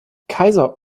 kaiser